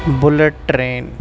bullet train